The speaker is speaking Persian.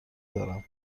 دارم